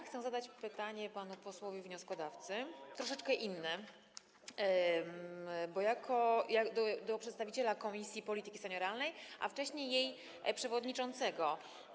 Chcę zadać pytanie panu posłowi wnioskodawcy, troszeczkę inne, bo jako przedstawicielowi Komisji Polityki Senioralnej, a wcześniej jej przewodniczącemu.